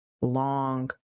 long